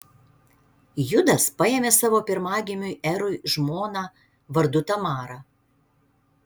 judas paėmė savo pirmagimiui erui žmoną vardu tamara